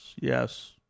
Yes